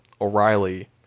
O'Reilly